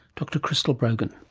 dr crystal brogan.